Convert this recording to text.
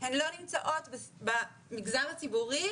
הן לא נמצאות במגזר הציבורי